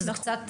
שזה קצת,